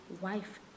wife